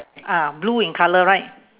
ah blue in colour right